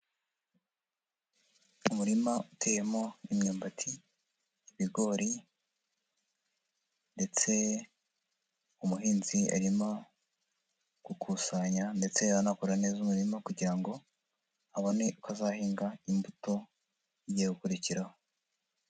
Umurima uteyemo imyumbati, ibigori ndetse umuhinzi arimo gukusanya ndetse anakora neza umurima kugira ngo abone uko azahinga imbuto igiye gukurikiraho.